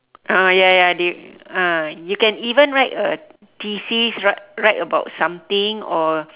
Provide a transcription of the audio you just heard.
ah ya ya they ah you can even write a thesis write write about something or